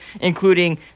including